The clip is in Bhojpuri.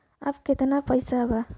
अब कितना पैसा बा?